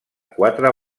quatre